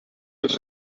els